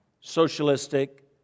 socialistic